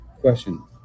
Question